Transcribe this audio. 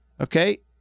Okay